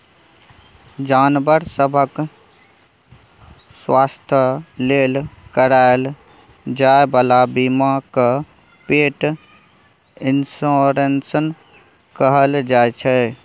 जानबर सभक स्वास्थ्य लेल कराएल जाइ बला बीमा केँ पेट इन्स्योरेन्स कहल जाइ छै